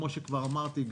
כמו שכבר אמרתי,